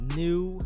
new